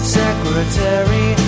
secretary